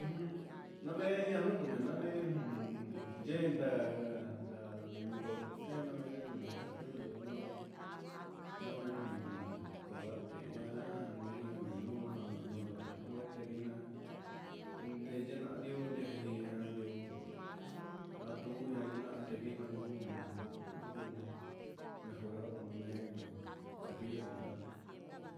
Ujun ñame'e danduku na name'í, ujun yenda ndudoyo yee namen un xakuyo'o namen namen colgate ña'a, yenu menundo jan ndoyo nee tevixna ndeyina ndio yedii yee na di'ó, ñakejina di'ó atu neya'á tevixna kuxme'e ngue mejorado ñume'e cepillo dental.